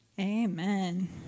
Amen